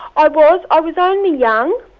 i was, i was only young,